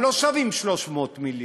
הם לא שווים 300 מיליון,